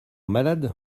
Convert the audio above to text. malade